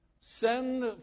send